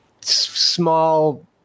small